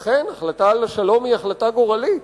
אכן, החלטה על השלום היא החלטה גורלית,